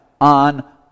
on